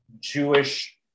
Jewish